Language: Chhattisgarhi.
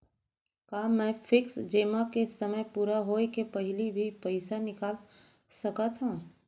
का मैं फिक्स जेमा के समय पूरा होय के पहिली भी पइसा निकाल सकथव?